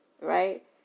right